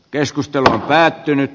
keskustelu on päättynyt